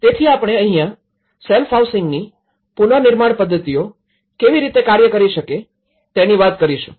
તેથી આપણે અહીંયા સેલ્ફ હાઉસિંગની પુનર્નિર્માણ પદ્ધતિઓ કેવી રીતે કાર્ય કરી શકે તેની વાત કરશું